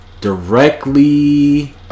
directly